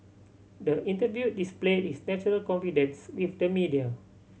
the interview displayed his natural confidence with the media